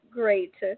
great